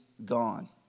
gone